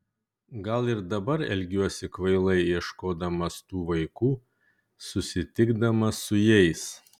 gal ir dabar elgiuosi kvailai ieškodamas tų vaikų susitikdamas su jais